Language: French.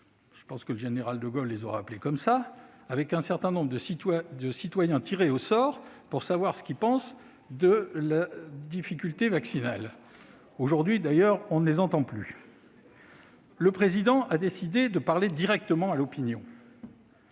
machins »- le général de Gaulle les aurait appelés ainsi -, avec un certain nombre de citoyens tirés au sort pour savoir ce qu'ils pensent des difficultés vaccinales. Aujourd'hui, d'ailleurs, on ne les entend plus ... Le Président de la République a décidé de parler directement à l'opinion.